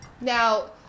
Now